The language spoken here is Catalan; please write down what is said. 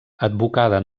advocada